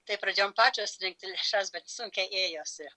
tai pradėjom pačios rinkti lėšas bet sunkiai ėjosi